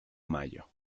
mayo